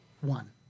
One